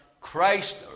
Christ